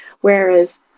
whereas